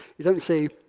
you don't say,